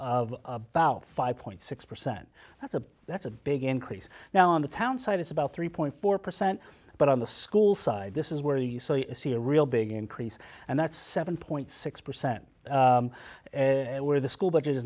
about five point six percent that's a that's a big increase now in the townsite it's about three point four percent but on the school side this is where you see a real big increase and that's seven point six percent where the school budget is